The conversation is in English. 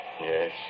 Yes